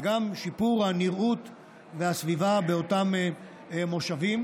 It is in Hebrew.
וגם שיפור הנראות והסביבה באותם מושבים,